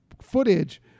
footage